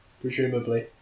presumably